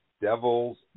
Devils